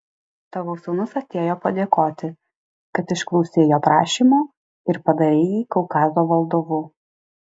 tavo sūnus atėjo padėkoti kad išklausei jo prašymo ir padarei jį kaukazo valdovu